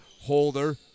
Holder